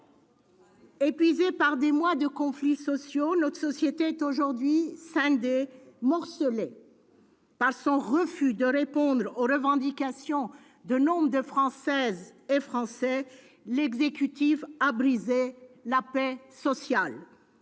Épuisée par des mois de conflits sociaux, notre société est aujourd'hui scindée, morcelée. Par son refus de répondre aux revendications de nombre de Françaises et Français, l'exécutif a brisé la paix sociale.